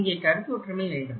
இங்கே கருத்து ஒற்றுமை வேண்டும்